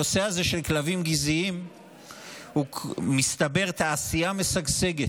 הנושא הזה של כלבים גזעיים הוא תעשייה משגשגת,